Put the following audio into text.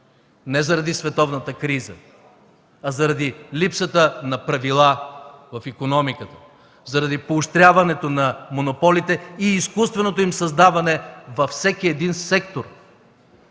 не заради световната криза, а заради липсата на правила в икономиката, заради поощряването на монополите и изкуственото им създаване във всеки един сектор!